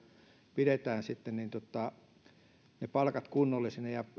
pidetään sitten ne palkat kunnollisina ja